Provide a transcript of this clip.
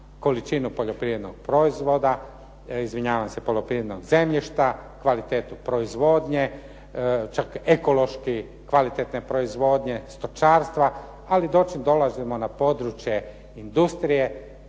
količinu poljoprivrednog proizvoda, izvinjavam se, poljoprivrednog zemljišta kvalitetu proizvodnje, čak ekološki kvalitetne proizvodnje, stočarstva, ali dolazimo na područje industrije,